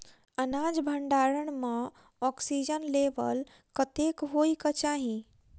अनाज भण्डारण म ऑक्सीजन लेवल कतेक होइ कऽ चाहि?